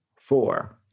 four